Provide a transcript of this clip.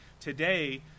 today